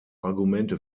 argumente